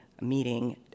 meeting